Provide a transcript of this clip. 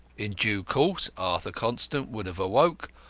in due course arthur constant would have awoke,